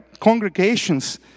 congregations